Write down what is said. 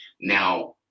Now